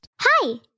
Hi